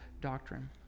doctrine